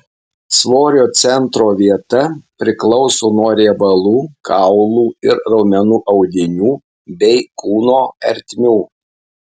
svorio centro vieta priklauso nuo riebalų kaulų ir raumenų audinių bei kūno ertmių